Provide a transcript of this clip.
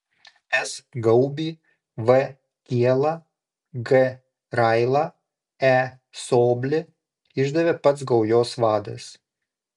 s gaubį v kielą g railą e soblį išdavė pats gaujos vadas